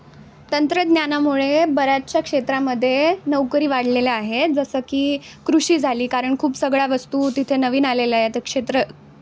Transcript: तंत्रज्ञानामुळे बऱ्याचशा क्षेत्रामध्ये नोकरी वाढलेल्या आहे जसं की कृषी झाली कारण खूप सगळ्या वस्तू तिथे नवीन आलेल्या आहेत क्षेत्र